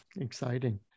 Exciting